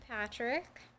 Patrick